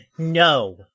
No